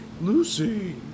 Lucy